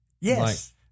Yes